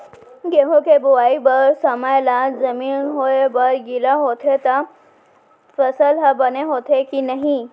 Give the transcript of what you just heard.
गेहूँ के बोआई बर समय ला जमीन होये बर गिला होथे त फसल ह बने होथे की नही?